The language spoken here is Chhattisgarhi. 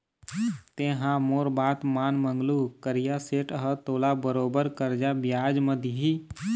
तेंहा मोर बात मान मंगलू करिया सेठ ह तोला बरोबर करजा बियाज म दिही